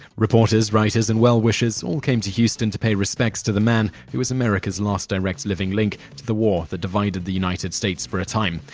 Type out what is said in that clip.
reporters, writers, and well-wishers all came to houston to pay respects to the man who was america's last direct living link to the war that divided the united states for a time.